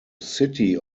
city